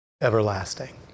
everlasting